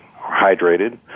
hydrated